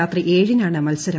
രാത്രി ഏഴിനാണ് മത്സരം